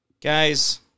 Guys